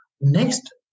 Next